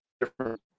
different